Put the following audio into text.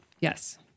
Yes